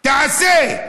תעשה.